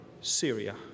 Syria